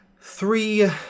three